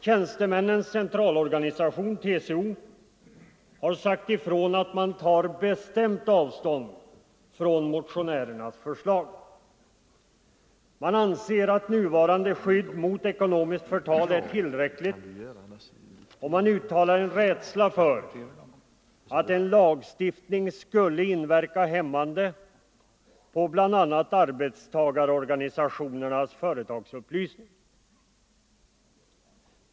Tjänstemännens centralorganisation —- TCO — har sagt ifrån att man tar bestämt avstånd från motionärernas förslag. Man anser att nuvarande skydd mot ekonomiskt förtal är tillräckligt, och man uttalar rädsla för att en lagstiftning skulle inverka hämmande på bl.a. arbetstagarorganisationernas företagsupplysning.